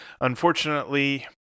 unfortunately